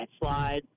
slide